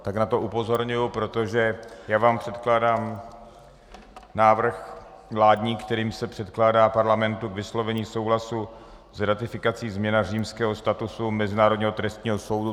Tak na to upozorňuji, protože vám předkládám vládní návrh, kterým se předkládá Parlamentu k vyslovení souhlasu s ratifikací změna Římského statusu Mezinárodního trestního soudu.